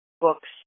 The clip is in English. books